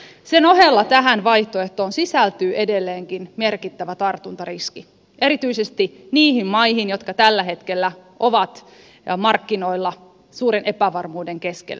sen ohella tähän vaihtoehtoon sisältyy edelleenkin merkittävä tartuntariski erityisesti niihin maihin jotka tällä hetkellä ovat markkinoilla suuren epävarmuuden keskellä